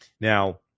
Now